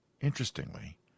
interestingly